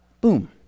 boom